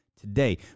Today